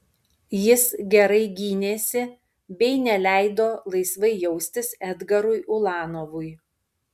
jis gerai gynėsi bei neleido laisvai jaustis edgarui ulanovui